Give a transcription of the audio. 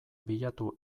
bilatu